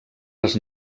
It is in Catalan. les